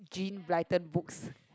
Jean Blyton books